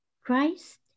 Christ